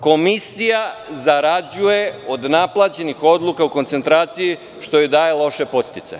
Komisija zarađuje od naplaćenih odluka o koncentraciji, što joj daje loše podsticaje.